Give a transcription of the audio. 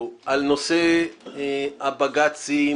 לבג"צים,